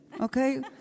okay